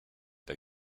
they